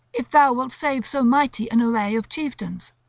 if thou wilt save so mighty an array of chieftains.